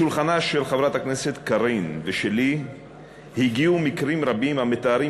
לשולחנה של חברת הכנסת קארין אלהרר ולשולחני הגיעו מקרים רבים המתארים